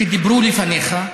שדיברו לפניך,